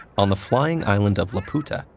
on the flying island of laputa,